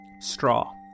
straw